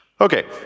Okay